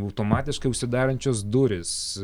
nubų automatiškai užsidarančios durys